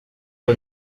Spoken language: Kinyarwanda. ngo